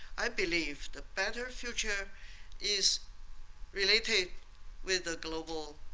i believe the better future is related with the global